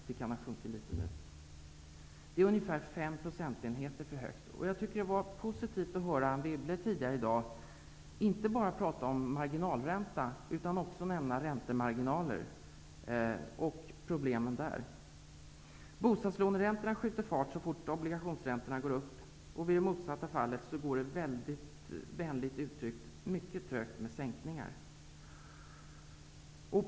De kan ha sjunkit litet nu, men de ligger ungefär fem procentenheter för högt. Det var positivt att få höra att Ann Wibble tidigare här i dag inte bara talade om marginalräntan, utan också om räntemarginaler och de problem som finns där. Bostadslåneräntorna skjuter fart så fort obligationsräntorna går upp. I det motsatta fallet går det, vänligt uttryckt, mycket trögt med sänkningar.